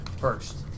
first